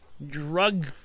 drug